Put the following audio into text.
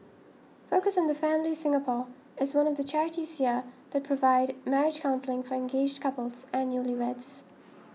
focus on the Family Singapore is one of the charities here that provide marriage counselling for engaged couples and newlyweds